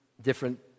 different